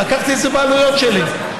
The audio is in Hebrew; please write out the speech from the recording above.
ולקחתי את זה בחשבון בעלויות שלי.